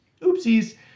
oopsies